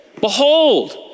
behold